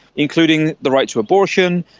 including the right to abortion,